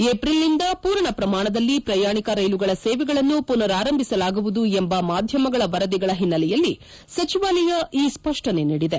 ಏಪ್ರಿಲ್ನಿಂದ ಪೂರ್ಣ ಪ್ರಮಾಣದಲ್ಲಿ ಪ್ರಯಾಣಿಕ ರೈಲುಗಳ ಸೇವೆಗಳನ್ನು ಮನರಾರಂಭಿಸಲಾಗುವುದು ಎಂಬ ಮಾಧ್ಯಮಗಳ ವರದಿಗಳ ಹಿನ್ನೆಲೆಯಲ್ಲಿ ಸಚಿವಾಲಯ ಈ ಸ್ಪಷ್ಟನೆ ನೀಡಿದೆ